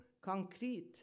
concrete